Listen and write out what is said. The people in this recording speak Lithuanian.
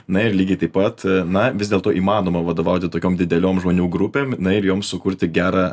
na ir lygiai taip pat na vis dėlto įmanoma vadovauti tokiom dideliom žmonių grupėm na ir jom sukurti gerą